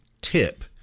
tip